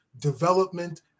development